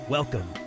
Welcome